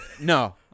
No